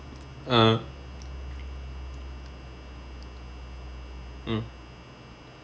uh mm